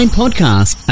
podcast